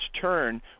turn